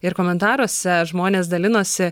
ir komentaruose žmonės dalinosi